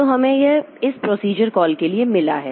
तो हमें यह इस प्रोसीजर कॉल के लिए मिला है